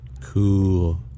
Cool